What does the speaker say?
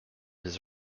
his